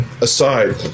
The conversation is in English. aside